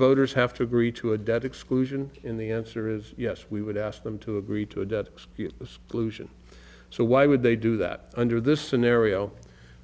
voters have to agree to a debt exclusion in the answer is yes we would ask them to agree to a debt lucian so why would they do that under this scenario